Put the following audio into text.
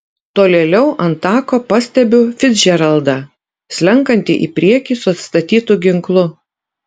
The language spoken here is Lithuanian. tolėliau ant tako pastebiu ficdžeraldą slenkantį į priekį su atstatytu ginklu